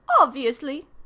Obviously